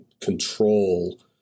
control